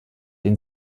den